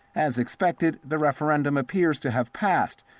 as expected, the referendum appears to have passed.